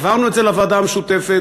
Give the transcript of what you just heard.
העברנו את זה לוועדה המשותפת.